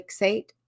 fixate